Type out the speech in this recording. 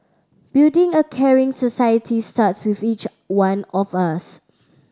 building a caring society starts with each one of us